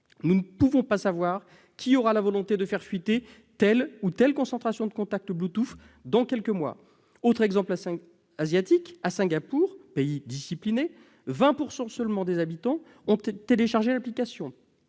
Nous ne pouvons pas savoir si certaines personnes voudront faire fuiter telle ou telle concentration de contacts Bluetooth dans quelques mois. Autre exemple asiatique : à Singapour, pays pourtant discipliné, seuls 20 % des habitants ont téléchargé l'application.